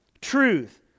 Truth